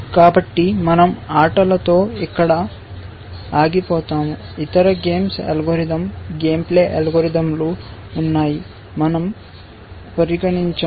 కాబట్టి మన০ ఆటలతో ఇక్కడ ఆగిపోతాము ఇతర గేమ్స్ అల్గోరిథం గేమ్ ప్లే అల్గోరిథంలు ఉన్నాయి మన০ పరిగణించము